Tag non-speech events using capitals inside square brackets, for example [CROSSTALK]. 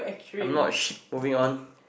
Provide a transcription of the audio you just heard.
I'm not [NOISE] moving on